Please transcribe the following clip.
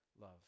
love